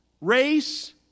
race